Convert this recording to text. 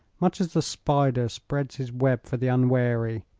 much as the spider spreads his web for the unwary,